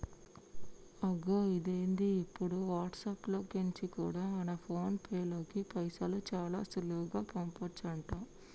అగొ ఇదేంది ఇప్పుడు వాట్సాప్ లో కెంచి కూడా మన ఫోన్ పేలోకి పైసలు చాలా సులువుగా పంపచంట